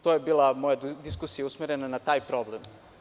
To je bila moja diskusija usmerena na taj problem.